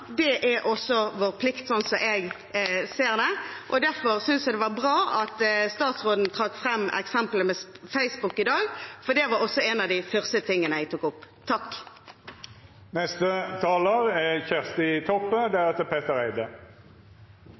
sånn som jeg ser det. Derfor synes jeg det var bra at statsråden trakk fram eksempelet med Facebook i dag, for det var også en av de første tingene jeg tok opp. Takk til Kristeleg Folkeparti, som har sett ei viktig sak på dagsordenen i Stortinget. Vald og overgrep er